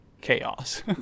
chaos